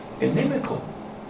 inimical